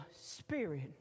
spirit